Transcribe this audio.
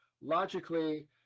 logically